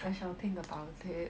I shall think about it